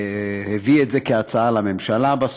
הביא את זה בסוף כהצעה לממשלה.